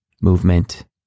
movement